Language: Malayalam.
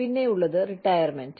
പിന്നെ റിട്ടയർമൻറ്